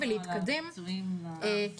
שהתבסס מעל ל-90% ברוב מדינות העולם,